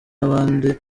n’abandi